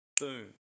boom